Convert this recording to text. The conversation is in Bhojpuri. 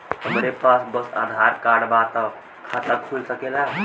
हमरे पास बस आधार कार्ड बा त खाता खुल सकेला?